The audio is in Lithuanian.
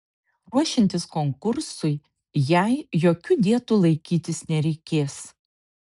ruošiantis konkursui jai jokių dietų laikytis nereikės